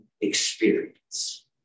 experience